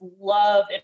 love